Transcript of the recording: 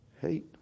hate